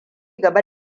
gaba